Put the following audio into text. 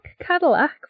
Cadillac